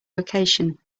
location